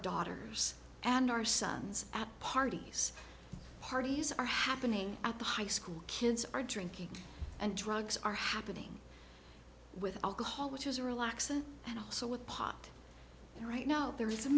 daughters and our sons at parties parties are happening at the high school kids are drinking and drugs are happening with alcohol which is relaxing and so with pot right now there